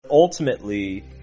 Ultimately